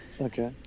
Okay